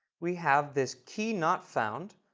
we have this key not found.